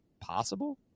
possible